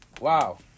Wow